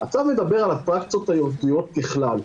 הצו מדבר על אטרקציות תיירותיות ככלל.